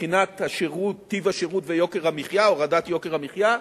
מבחינת טיב השירות והורדת יוקר המחיה,